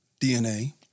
DNA